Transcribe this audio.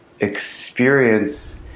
experience